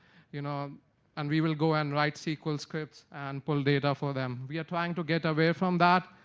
you know and we will go and write sql scripts and pull data from them. we are trying to get away from that.